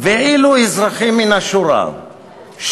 ואילו אזרחים מן השורה,